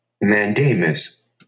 mandamus